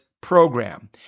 Program